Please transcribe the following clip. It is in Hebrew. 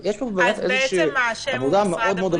אז האשם הוא משרד הבריאות?